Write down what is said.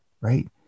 right